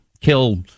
kill